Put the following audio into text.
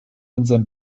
unseren